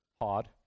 hard